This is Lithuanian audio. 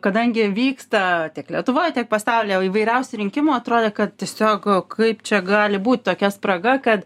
ir kadangi vyksta tiek lietuvoje tiek pasaulyje įvairiausių rinkimų atrodė kad tiesiog kaip čia gali būt tokia spraga kad